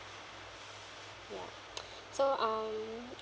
ya so um